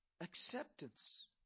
Acceptance